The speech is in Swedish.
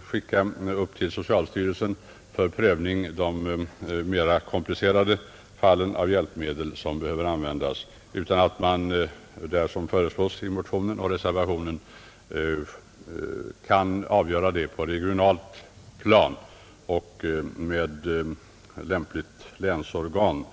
ofta flera månader, skall behöva till socialstyrelsens prövning hänvisa de fall då komplicerade hjälpmedel erfordras utan — såsom föreslås i motionen och reservationen — kan avgöra det på regionalt plan i härför lämpligt länsorgan.